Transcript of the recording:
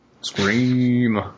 Scream